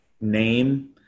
Name